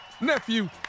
nephew